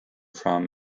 from